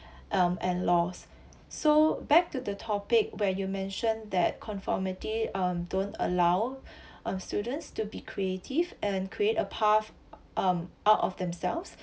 um and laws so back to the topic where you mention that conformity um don't allow um students to be creative and create a path um out of themselves